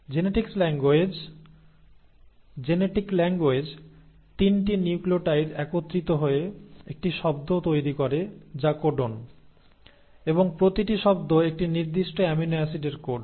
genetic language 3 টি nucleotide একত্রিত হয়ে একটি শব্দ তৈরি করে যা কোডন এবং প্রতিটি শব্দ একটি নির্দিষ্ট অ্যামিনো অ্যাসিডের কোড